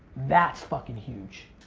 that's fucking huge.